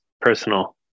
personal